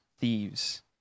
thieves